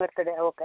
birthday okay